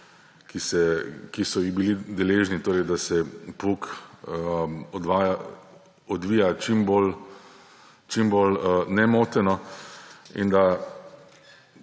ki so jih bili deležni, torej da se pouk odvija čim bolj nemoteno in da